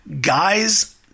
guys